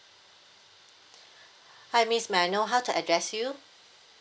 hi miss may I know how to address you